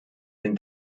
den